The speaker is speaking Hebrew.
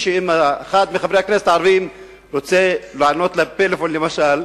אחד מחברי הכנסת רוצה לענות לפלאפון, למשל,